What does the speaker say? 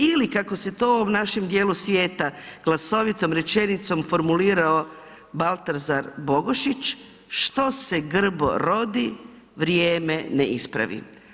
Ili kako se to u ovom našem dijelu svijeta glasovitom rečenicom formulirao Baltazar Bogišić, što se grbo rodi vrijeme ne ispravi.